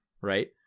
Right